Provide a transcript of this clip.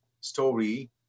story